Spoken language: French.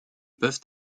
peuvent